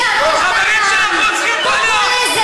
החברים שלך רוצחים כל יום.